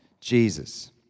Jesus